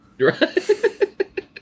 Right